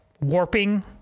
warping